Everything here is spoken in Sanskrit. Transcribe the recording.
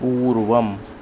पूर्वम्